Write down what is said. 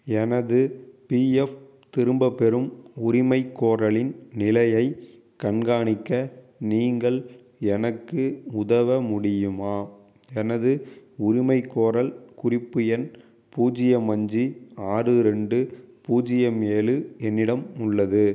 எனது பிஎஃப் திரும்பப் பெறும் உரிமைக்கோரலின் நிலையை கண்காணிக்க நீங்கள் எனக்கு உதவ முடியுமா எனது உரிமைக்கோரல் குறிப்பு எண் பூஜ்யம் அஞ்சு ஆறு ரெண்டு பூஜ்யம் ஏழு என்னிடம் உள்ளது